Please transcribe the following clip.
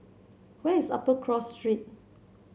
where is Upper Cross Street